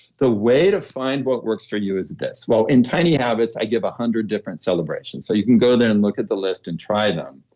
the way to find what works for you is this. well, in tiny habits, i give a hundred different celebrations so you can go there and look at the list and try them.